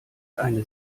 eine